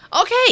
Okay